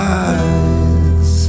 eyes